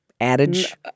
Adage